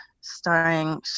starring